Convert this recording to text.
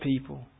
people